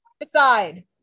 Decide